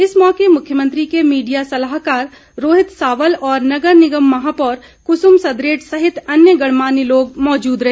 इस मौके मुख्यमंत्री के मीडिया सलाहकार रोहित सावल और नगर निगम महापौर कुसुम सदरेट सहित अन्य ्गणमान्य लोग मौजूद रहे